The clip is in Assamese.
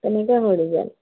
কেনেকুৱা হ'ল ৰিজাল্ট